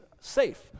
safe